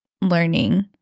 learning